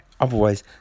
Otherwise